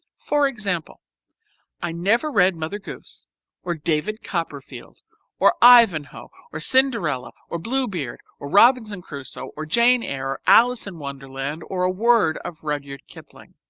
for example i never read mother goose or david copperfield or ivanhoe or cinderella or blue beard or robinson crusoe or jane eyre or alice in wonderland or a word of rudyard kipling.